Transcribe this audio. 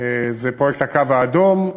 זה פרויקט "הקו האדום".